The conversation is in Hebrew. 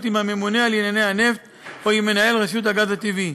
בממונה על ענייני הנפט או במנהל רשות הגז הטבעי.